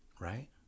right